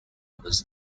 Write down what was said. was